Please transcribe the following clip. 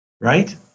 right